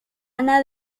ana